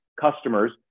customers